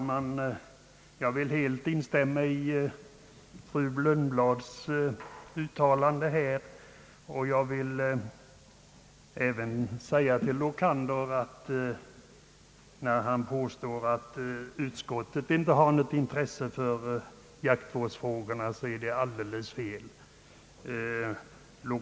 Herr talman! Jag instämmer i vad fru Lundblad anfört. Jag vill även säga till herr Lokander att han har alldeles fel när han påstår att utskottet inte har något intresse av jaktvårdsfrågorna.